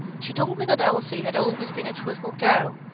she told me that elsie had always been a truthful girl,